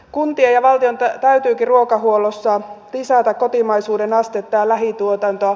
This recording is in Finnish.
kuntien ja valtion täytyykin ruokahuollossa lisätä kotimaisuuden astetta ja lähituotantoa